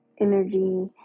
energy